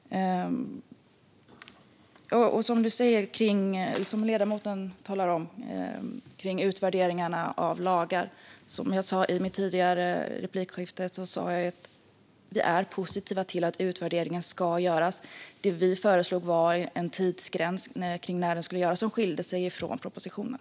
Som ledamoten talar om när det gäller utvärdering av lagar är vi, som jag sa i min förra replik, positiva till att utvärderingen ska göras. Det vi föreslog var en tidsgräns för när den ska göras som skilde sig från vad som anges i propositionen.